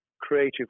creative